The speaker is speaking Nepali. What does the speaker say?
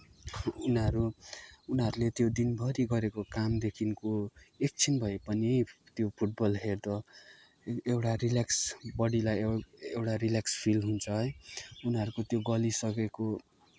उनीहरू उनीहरूले त्यो दिनभरि गरेको कामदेखिको एकछिन भए पनि त्यो फुटबल हेर्दा एउटा रिलेक्स बोडीलाई एउ एउटा रिलेक्स फिल हुन्छ है उनीहरूको त्यो गलिसकेको